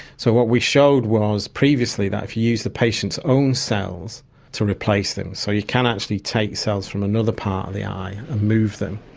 so what we showed was previously that if you use the patient's own cells to replace them, so you can actually take cells from another part of the eye and move them,